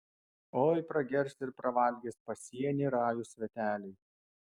oi pragers ir pravalgys pasienį rajūs sveteliai